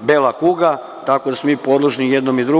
bela kuga, tako da smo mi podložni i jedno i drugom.